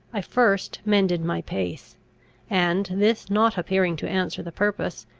i first mended my pace and, this not appearing to answer the purpose,